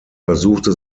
versuchte